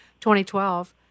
2012